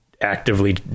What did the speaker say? actively